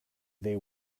they